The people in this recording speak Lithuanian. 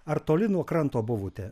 ar toli nuo kranto buvote